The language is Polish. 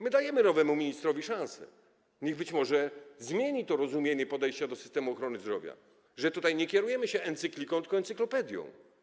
My dajemy nowemu ministrowi szansę, niech być może zmieni to rozumienie podejścia do systemu ochrony zdrowia na takie, że tutaj kierujemy się nie encykliką, tylko encyklopedią.